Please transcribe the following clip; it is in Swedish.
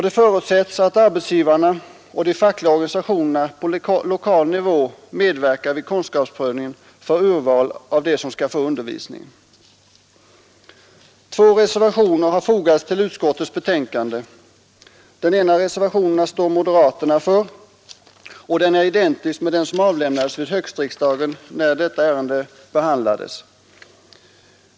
Det förutsätts att arbetsgivarna och de fackliga organisationerna på lokal nivå medverkar vid kunskapsprövningen för urval av dem som skall få undervisning. Två reservationer har fogats till utskottets betänkande. Den ena reservationen står moderaterna för, och den är identisk med den som avlämnades vid höstriksdagen, när detta ärende behandlades.